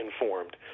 informed